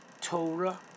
Torah